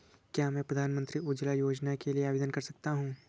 क्या मैं प्रधानमंत्री उज्ज्वला योजना के लिए आवेदन कर सकता हूँ?